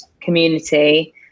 community